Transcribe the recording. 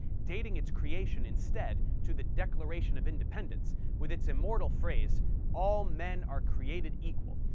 dating its creation instead to the declaration of independence, with its immortal phrase all men are created equal,